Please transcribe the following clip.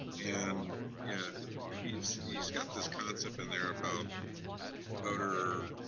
and yeah he's he's got this concept in there about voter,